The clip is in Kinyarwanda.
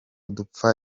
dupfa